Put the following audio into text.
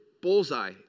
bullseye